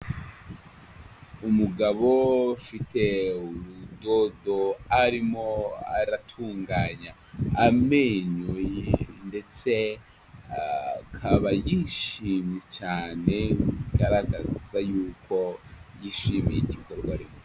Umugabo ufite urudodo arimo aratunganya amenyo ye ndetse akaba yishimye cyane bigaragaza yuko yishimiye igikorwa arimo.